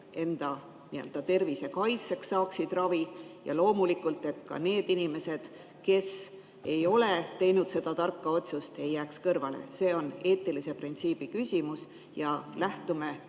enda tervise kaitseks, saaksid ravi, ja loomulikult ka need inimesed, kes ei ole teinud seda tarka otsust, ei jääks kõrvale. See on eetilise printsiibi küsimus ja lähtume